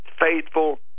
faithful